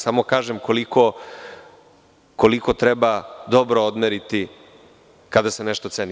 Samo kažem koliko treba dobro odmeriti kada se nešto ceni.